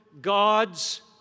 God's